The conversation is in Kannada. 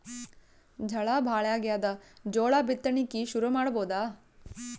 ಝಳಾ ಭಾಳಾಗ್ಯಾದ, ಜೋಳ ಬಿತ್ತಣಿಕಿ ಶುರು ಮಾಡಬೋದ?